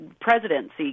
presidency